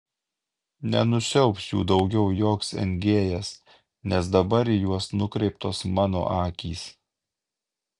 nenusiaubs jų daugiau joks engėjas nes dabar į juos nukreiptos mano akys